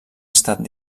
estat